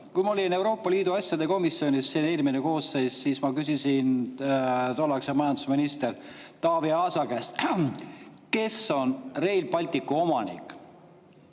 Kui ma olin Euroopa Liidu asjade komisjonis eelmises koosseisus, siis ma küsisin majandusminister Taavi Aasa käest, kes on Rail Balticu omanik.